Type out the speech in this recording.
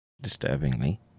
disturbingly